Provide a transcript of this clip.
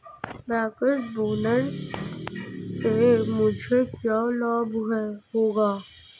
Bankers bonus से मुझे क्या लाभ होगा?